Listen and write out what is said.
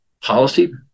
policy